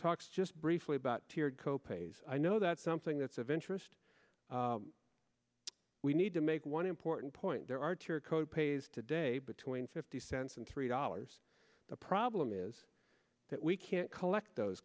talks just briefly about tiered co pays i know that's something that's of interest we need to make one important point there are to are co pays today between fifty cents and three dollars the problem is that we can't collect those